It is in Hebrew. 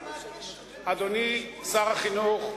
אדוני שר החינוך,